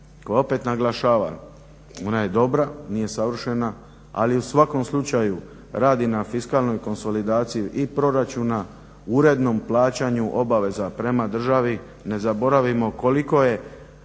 koje opet naglašavam ona je dobra, nije savršena, ali u svakom slučaju radi na fiskalnoj konsolidaciji i proračuna, urednom plaćanju obaveza prema državi. Ne zaboravimo koliko je